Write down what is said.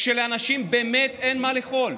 כשלאנשים באמת אין מה לאכול.